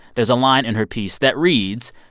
there's a line in her piece that reads,